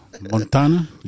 Montana